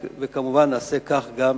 כמובן, נעשה כך גם